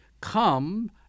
come